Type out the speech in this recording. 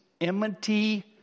enmity